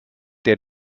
der